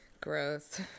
Gross